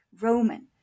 roman